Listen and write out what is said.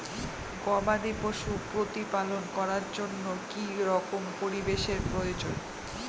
গবাদী পশু প্রতিপালন করার জন্য কি রকম পরিবেশের প্রয়োজন?